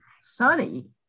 sunny